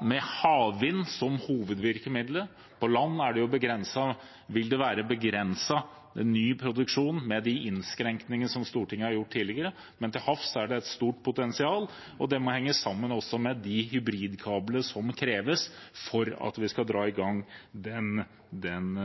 med havvind som hovedvirkemidlet. På land vil det være begrenset ny produksjon med de innskrenkningene Stortinget har gjort tidligere, men til havs er det et stort potensial. Det må henge sammen også med de hybridkablene som kreves for at vi skal dra i gang den